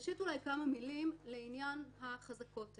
ראשית, כמה מילים לעניין החזקות האלה,